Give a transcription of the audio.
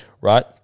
right